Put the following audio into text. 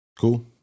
Cool